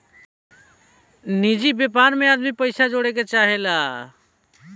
निजि व्यापार मे आदमी पइसा जोड़े के चाहेला